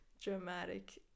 dramatic